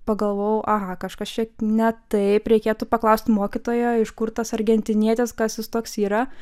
pagalvojau aha kažkas čia ne taip reikėtų paklausti mokytojo iš kur tas argentinietis kas jis toks yra